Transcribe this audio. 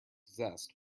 zest